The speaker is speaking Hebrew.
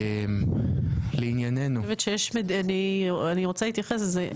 אני רוצה להתייחס לזה,